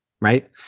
right